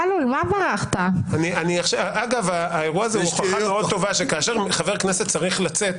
ישבתי פה בשקט שעות והקשבתי.